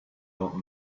old